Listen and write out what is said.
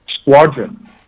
squadron